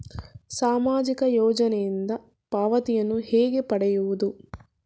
ಸಾಮಾಜಿಕ ಯೋಜನೆಯಿಂದ ಪಾವತಿಯನ್ನು ಹೇಗೆ ಪಡೆಯುವುದು?